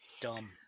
Dumb